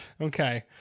Okay